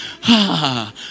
ha